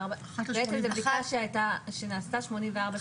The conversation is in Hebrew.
בעצם זו בדיקה שנעשתה 84 שעות לפני.